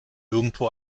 irgendwo